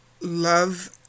love